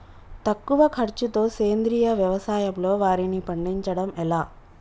తక్కువ ఖర్చుతో సేంద్రీయ వ్యవసాయంలో వారిని పండించడం ఎలా?